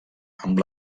amb